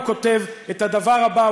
הוא כתב את הדבר הבא,